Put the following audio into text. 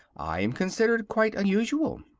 i am considered quite unusual.